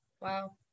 Wow